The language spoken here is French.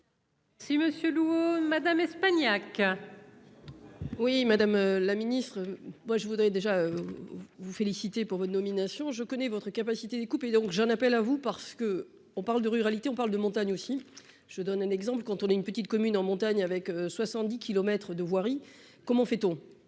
Si Monsieur Madame Espagnac. Oui, madame la Ministre, moi je voudrais déjà vous féliciter pour votre nomination, je connais votre capacité des coupes et donc j'en appelle à vous parce que on parle de ruralité, on parle de montagne aussi, je donne un exemple : quand on est une petite commune en montagne avec 70 kilomètres de voirie, comment fait-on